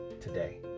today